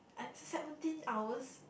I it's a seventeen hours